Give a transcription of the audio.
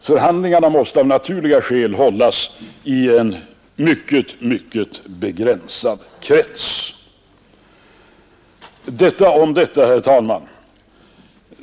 Förhandlingarna måste av naturliga skäl föras inom en mycket begränsad krets. — Detta om detta, herr talman.